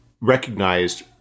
recognized